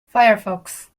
firefox